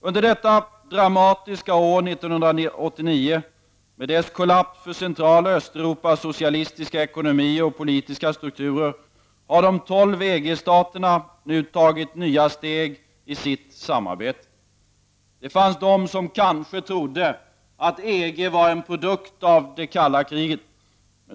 Under det dramatiska året 1989 med dess kollaps för Centraloch Östeuropas socialistiska ekonomier och politiska strukturer har de tolv EG-s terna tagit nya steg i sitt samarbete. Det fanns de som kanske trodde att EG var en produkt av det kalla kriget.